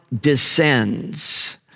descends